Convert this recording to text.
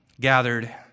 gathered